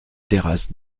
terrasse